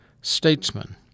statesman